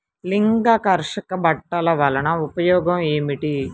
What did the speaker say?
లింగాకర్షక బుట్టలు వలన ఉపయోగం ఏమిటి?